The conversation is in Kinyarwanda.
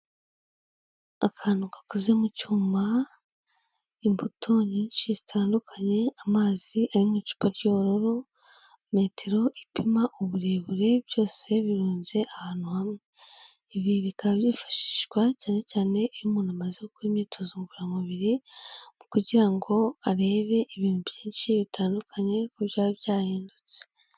Akantu gakoze mu cyuma, imbuto nyinshi zitandukanye, amazi ari mu icupa ry'ubururu, metero ipima uburebure, byose birunze ahantu hamwe. Ibi bikaba byifashishwa, cyane cyane iyo umuntu amaze gukora imyitozo ngororamubiri, kugira ngo arebe ibintu byinshi bitandukanye, ko byaba byahindutse.